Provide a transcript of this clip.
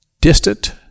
distant